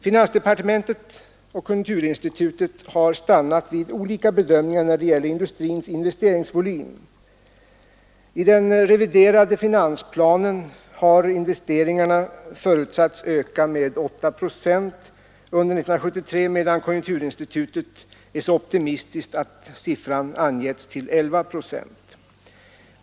Finansdepartementet och konjunkturinstitutet har stannat vid olika bedömningar när det gäller industrins investeringsvolym. I den reviderade finansplanen har investeringarna förutsatts öka med 8 procent under 1973, medan konjunkturinstitutet är så optimistiskt att ökningen anges till 11 procent.